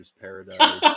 Paradise